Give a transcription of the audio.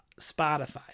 Spotify